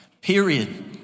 Period